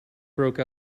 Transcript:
broke